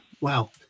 Wow